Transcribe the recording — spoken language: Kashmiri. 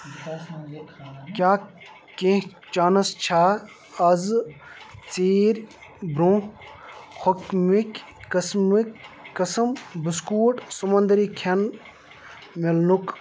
کیٛاہ کیٚنٛہہ چانس چھا اَزٕ ژیٖرۍ برٛونٛہہ ہوٚکھ مٕکۍ قٕسم قٕسمٕکۍ بِسکوٗٹ سَمنٛدٔری کھیٚن مِلنُک